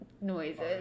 noises